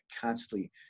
constantly